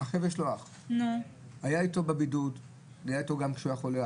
יש לו אח שהיה אתו בבידוד והיה אתו גם כשהוא היה חולה.